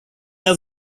are